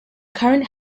current